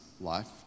life